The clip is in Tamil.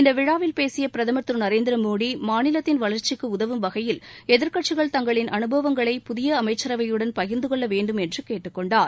இந்த விழாவில் பேசிய பிரதமர் திரு நரேந்திர மோடி மாநிலத்தின் வளர்ச்சிக்கு உதவும் வகையில் எதிர்க்கட்சிகள் தங்களின் அனுபவங்களை புதிய அமைச்ரவையுடன் பகிர்ந்து கொள்ள வேண்டும் என்று கேட்டுக் கொண்டார்